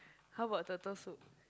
how about turtle soup